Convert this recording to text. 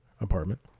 apartment